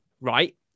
right